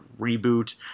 reboot